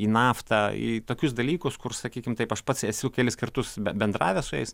į naftą į tokius dalykus kur sakykim taip aš pats esu kelis kartus be bendravęs su jais